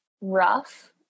rough